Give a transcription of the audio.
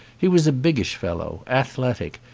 he was a biggish fellow, athletic,